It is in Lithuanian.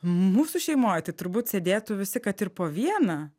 mūsų šeimoj tai turbūt sėdėtų visi kad ir po vieną